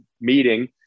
meeting